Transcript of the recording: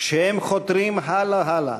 כשהם חותרים הלאה הלאה,